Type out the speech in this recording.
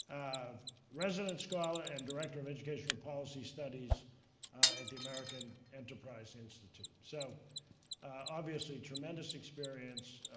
resident scholar and director of educational policy studies at the american enterprise institute. so obviously tremendous experience,